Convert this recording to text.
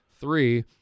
Three